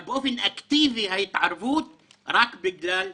אבל באופן אקטיבי ההתערבות היא רק בגלל העוול,